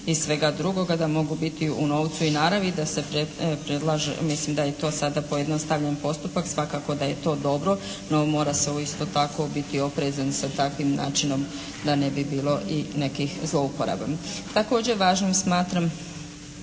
i svega drugoga, da mogu biti u novci i naravi, i da se predlaže. Mislim da je to sada pojednostavljen postupak. Svakako da je to dobro, no mora se isto tako biti oprezan sa takvim načinom da ne bi bilo i nekih zlouporaba. Također važnim smatram